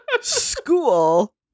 school